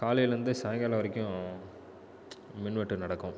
காலையிலேருந்து சாயங்காலம் வரைக்கும் மின்வெட்டு நடக்கும்